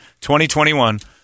2021